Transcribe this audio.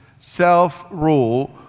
self-rule